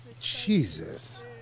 Jesus